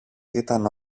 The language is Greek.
ήταν